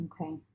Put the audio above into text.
Okay